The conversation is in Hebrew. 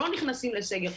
לא נכנסים לסגר.